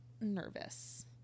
nervous